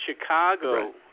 Chicago